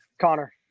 Connor